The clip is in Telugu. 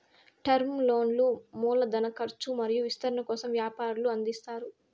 టర్మ్ లోన్లు మూల ధన కర్చు మరియు విస్తరణ కోసం వ్యాపారులకు అందిస్తారు